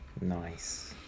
nice